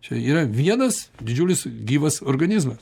čia yra vienas didžiulis gyvas organizmas